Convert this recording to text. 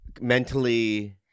mentally-